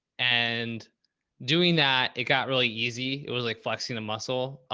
and doing that, it got really easy. it was like flexing a muscle,